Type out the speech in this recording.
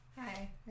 Hi